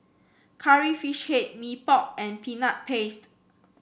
Curry Fish Head Mee Pok and Peanut Paste